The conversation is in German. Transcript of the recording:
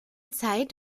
zeit